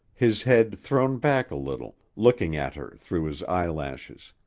his head thrown back a little, looking at her through his eyelashes.